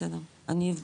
בסדר, אני אבדוק.